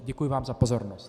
Děkuji vám za pozornost.